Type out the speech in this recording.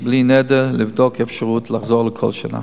לאדוני, בלי נדר, לבדוק אפשרות לחזור לפה כל שנה.